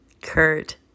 Kurt